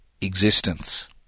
existence